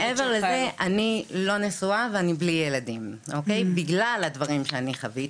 מעבר לזה אני לא נשואה ואני בלי ילדים בגלל הדברים שאני חוויתי.